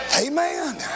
Amen